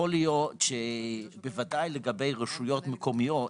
יכול להיות שוודאי לגבי רשויות מקומיות,